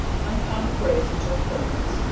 one pound of raisins, or currants,